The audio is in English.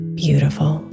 beautiful